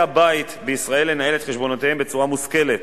הבית בישראל לנהל את חשבונותיהם בצורה מושכלת,